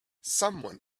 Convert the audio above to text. someone